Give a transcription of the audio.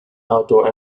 outdoor